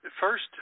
First